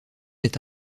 est